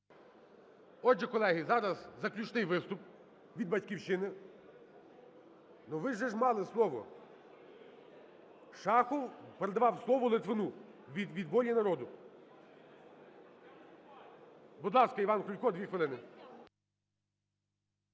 Отже, колеги, заключний виступ від "Батьківщини". (Шум у залі) Ви же ж мали слово. Шахов передавав слово Литвину від "Волі народу". Будь ласка, Іван Крулько, 2 хвилини.